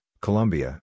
Colombia